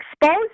expose